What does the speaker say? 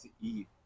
eat